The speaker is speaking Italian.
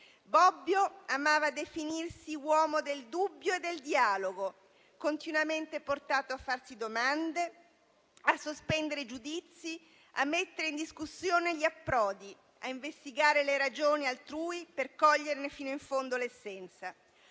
Bobbio amava definirsi uomo del dubbio e del dialogo, continuamente portato a farsi domande, a sospendere i giudizi, a mettere in discussione gli approdi, a investigare le ragioni altrui per coglierne fino in fondo l'essenza.